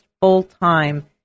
full-time